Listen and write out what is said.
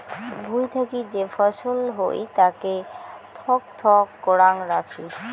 ভুঁই থাকি যে ফছল হই তাকে থক থক করাং রাখি